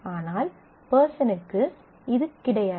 ஆனால் பெர்சனுக்கு இது கிடையாது